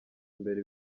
imbere